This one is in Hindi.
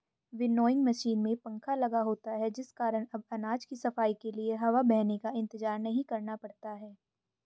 विन्नोइंग मशीन में पंखा लगा होता है जिस कारण अब अनाज की सफाई के लिए हवा बहने का इंतजार नहीं करना पड़ता है